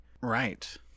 Right